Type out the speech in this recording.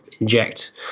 inject